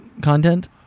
content